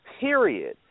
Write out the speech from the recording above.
period